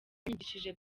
yanyigishije